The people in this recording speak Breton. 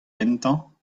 gentañ